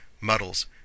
Muddles